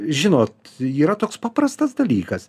žinot yra toks paprastas dalykas